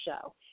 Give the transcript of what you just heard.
show